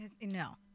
no